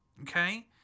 okay